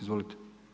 Izvolite.